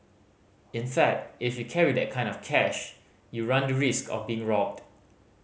in fact if you carry that kind of cash you run the risk of being robbed